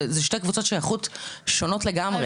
זה שתי קבוצות שייכות שונות לגמרי.